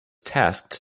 tasked